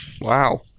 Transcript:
Wow